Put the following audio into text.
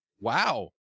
Wow